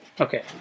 Okay